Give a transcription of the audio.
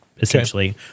essentially